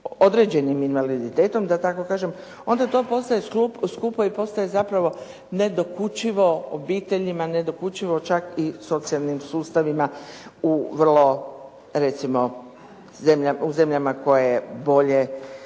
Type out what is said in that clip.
određenim invaliditetom, da tako kažem, onda to postaje skupo i postaje zapravo nedokučivo obiteljima, nedokučivo čak i socijalnim sustavima u vrlo, recimo u zemljama koje bolje